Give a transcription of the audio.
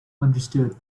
understood